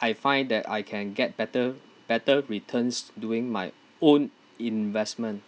I find that I can get better better returns doing my own investment